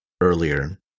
earlier